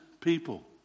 people